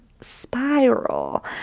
spiral